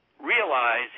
realize